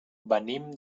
venim